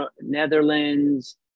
Netherlands